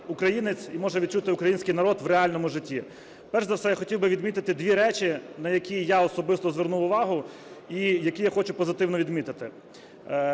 і може відчути український народ в реальному житті. Перш за все, я хотів би відмітити дві речі, на які я особисто звернув увагу, і які я хочу позитивно відмітити.